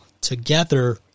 together